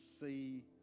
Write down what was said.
see